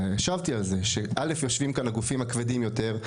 והשבתי על זה שיושבים כאן הגופים הכבדים יותר,